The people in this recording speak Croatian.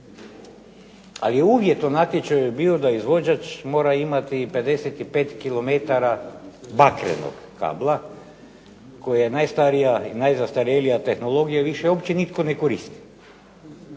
ali je uvjet u natječaju bio da izvođač mora imati 55 kilometara bakrenog kabla, koji je najstarija i najzastarjelija tehnologija i više uopće nitko ne koristi.